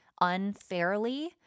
unfairly